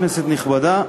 כנסת נכבדה,